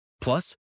Plus